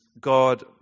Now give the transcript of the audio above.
God